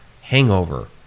hangover